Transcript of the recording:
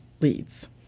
leads